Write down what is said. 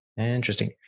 interesting